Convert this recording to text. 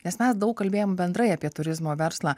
nes mes daug kalbėjom bendrai apie turizmo verslą